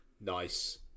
nice